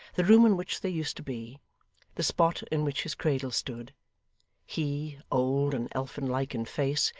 the room in which they used to be the spot in which his cradle stood he, old and elfin-like in face,